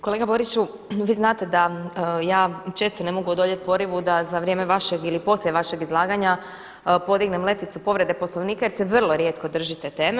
Kolega Boriću vi znate da ja često ne mogu odoljeti porivu da za vrijeme vašeg ili poslije vašeg izlaganja podignem letvicu povrede Poslovnika jer se vrlo rijetko držite teme.